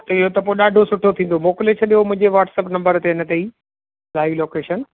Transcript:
इहो त पोइ ॾाढो सुठो थींदो मोकिले छॾियो मुंहिंजे वाटसप नम्बर ते हिन ते ई लाईव लोकेशन